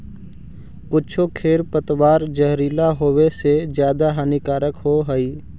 कुछो खेर पतवार जहरीला होवे से ज्यादा हानिकारक होवऽ हई